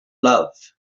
love